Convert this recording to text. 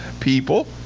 People